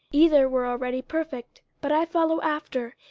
either were already perfect but i follow after,